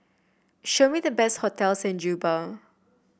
show me the best hotels in Juba